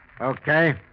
Okay